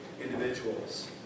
individuals